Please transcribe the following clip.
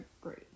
great